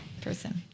person